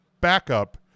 backup